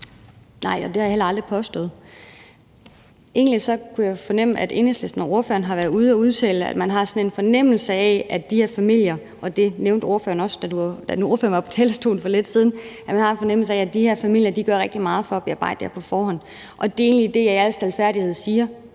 Nej, og det har jeg heller aldrig påstået. Egentlig kunne jeg fornemme, at Enhedslisten og ordføreren har været ude at udtale – det nævnte ordføreren også, da ordføreren var oppe på talerstolen for lidt siden – at man har sådan en fornemmelse af, at de her familier gør rigtig meget for at bearbejde det her på forhånd. Og det er egentlig det, som jeg i al stilfærdighed siger: